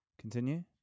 Continue